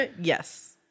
Yes